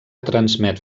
transmet